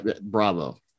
bravo